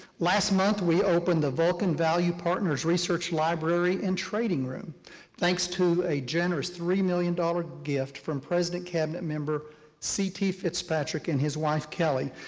last month, we opened the vulcan valued partners research library and trading room thanks to a generous three million dollars gift from president cabinet member c t. fitzpatrick and his wife kelly.